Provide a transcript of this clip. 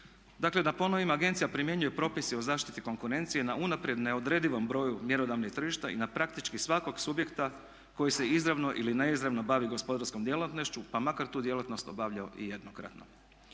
Dakle da ponovim, agencija primjenjuje propise o zaštiti konkurencije na unaprijed neodredivom broju mjerodavnih tržišta i na praktički svakog subjekta koji se izravno ili neizravno bavi gospodarskom djelatnošću pa makar tu djelatnost obavljao i jednokratno.